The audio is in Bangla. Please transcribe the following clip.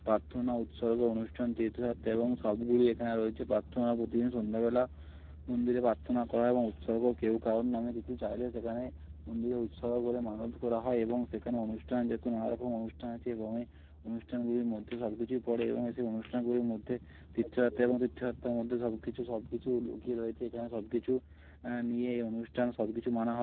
প্রার্থনা উৎসর্গ অনুষ্ঠান তীর্থযাত্রা এবং সবগুলি এখানে রয়েছে প্রার্থনা প্রতিদিন সন্ধ্যাবেলা মন্দিরে প্রার্থনা করা এবং উৎসর্গ কেউ কারোর নামে কিছু চাইলে সেখানে মন্দিরে উৎসর্গ করে মানত করা হয় এবং সেখানে অনুষ্ঠান যেহেতু নানা রকম অনুষ্ঠান আছে এবং এ অনুষ্ঠানগুলির মধ্যে সব কিছুই পড়ে এবং এ সেই অনুষ্ঠানগুলির মধ্যে তীর্থযাত্রা এবং তীর্থযাত্রার মধ্যে সব কিছু সব কিছু লুকিয়ে রয়েছে এখানে সব কিছু নিয়ে এই অনুষ্ঠান সব কিছু মানা হয়